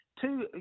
Two